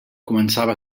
començava